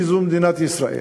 שזו מדינת ישראל.